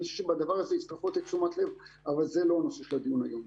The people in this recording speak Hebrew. אין שום בדבר הזה, אבל זה לא הנושא של הדיון היום.